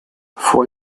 fue